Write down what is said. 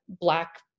black